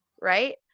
right